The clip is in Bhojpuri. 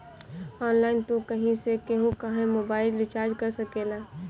ऑनलाइन तू कहीं से केहू कअ मोबाइल रिचार्ज कर सकेला